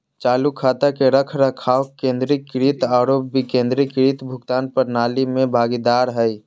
चालू खाता के रखरखाव केंद्रीकृत आरो विकेंद्रीकृत भुगतान प्रणाली में भागीदार हइ